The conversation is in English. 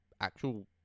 actual